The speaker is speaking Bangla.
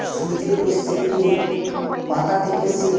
সূর্যের রশ্মি থেকে পাতা থেকে সেই